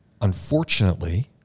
unfortunately